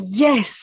yes